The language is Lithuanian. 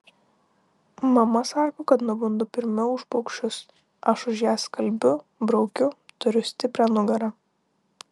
mama sako kad nubundu pirmiau už paukščius aš už ją skalbiu braukiu turiu stiprią nugarą